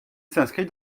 s’inscrit